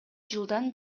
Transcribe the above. жылдан